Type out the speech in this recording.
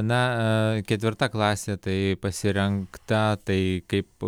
na ketvirta klasė tai pasirengta tai kaip